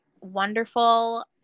wonderful